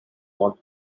not